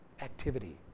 activity